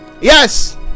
yes